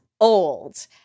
old